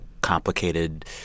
complicated